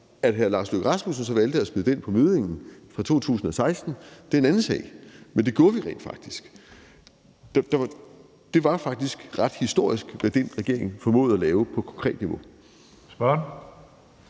At hr. Lars Løkke Rasmussen så valgte at smide den på møddingen i sin regering fra 2016, er en anden sag. Men vi gjorde det rent faktisk. Det var faktisk ret historisk, hvad den regering formåede at lave på konkret niveau.